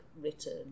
written